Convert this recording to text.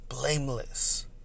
Blameless